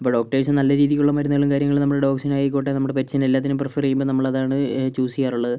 അപ്പോൾ ഡോക്ടേർസ് നല്ല രീതിക്കുള്ള മരുന്നുകളും കാര്യങ്ങളും നമ്മളുടെ ഡോഗ്സിനായിക്കോട്ടെ നമ്മളെ പെറ്റ്സിനും എല്ലാത്തിനും പ്രിഫർ ചെയുമ്പോൾ നമ്മളതാണ് ചൂസ് ചെയ്യാറുള്ളത്